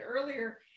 earlier